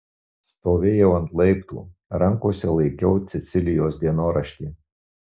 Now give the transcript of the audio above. stovėjau ant laiptų rankose laikiau cecilijos dienoraštį